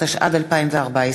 התשע"ד 2014,